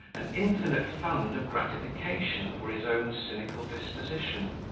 an infinite fund of gratification for his own cynical disposition.